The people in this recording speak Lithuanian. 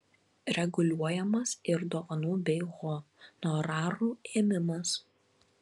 reguliuojamas ir dovanų bei honorarų ėmimas